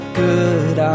good